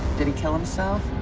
did he kill himself?